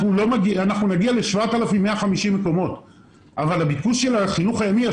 אנחנו נגיע ל-7,150 מקומות אבל הביקוש של החינוך הימי,